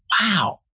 wow